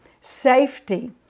safety